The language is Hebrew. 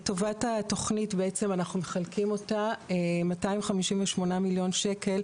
לטובת התוכנית אנחנו מחלקים אותה 258 מיליון שקלים,